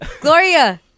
Gloria